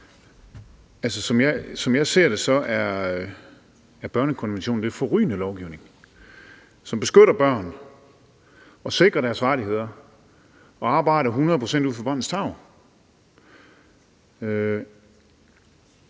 Som jeg ser det, er børnekonventionen forrygende lovgivning, som beskytter børn og sikrer deres rettigheder og arbejder hundrede procent ud fra barnets tarv.